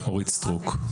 אורית סטרוק.